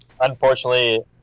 unfortunately